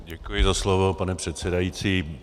Děkuji za slovo, pane předsedající.